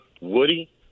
Woody